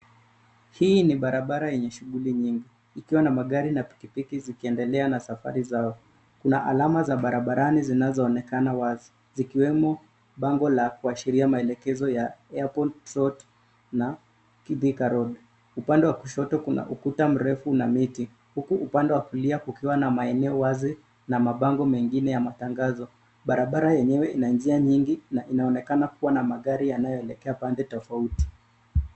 Hii ni barabara yenye shughuli nyingi ikiwa na magari na pikipiki zikiendelea na safari zao. Kuna alama za barabarani zinazoonekana wazi zikiwemo bango la kuashiria maelekezo ya Airport Road na Thika Road . Upande wa kushoto kuna ukuta mrefu na miti huku upande wa kulia kukiwa na maeneo wazi na mabango mengine ya matangazo. Barabara yenyewe ina njia nyingi na inaonekana kuwa na magari yanayoelekea pande tofauti.